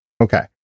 Okay